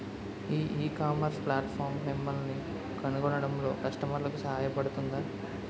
ఈ ecommerce platform మిమ్మల్ని కనుగొనడంలో కస్టమర్లకు సహాయపడుతుందా?